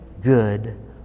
good